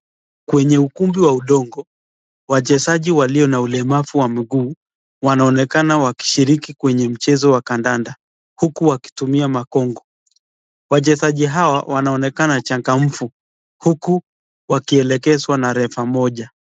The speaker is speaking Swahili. Kwenye ukumbi wa udongo, wachezaji walio na ulemavu wa mguu wanaonekana wakishiriki kwenye mchezo wa kandanda huku wakitumia magongo. Wachezaji hawa wanaonekana changamfu huku wakielekezwa na refa mmoja.